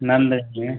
नंदगंज में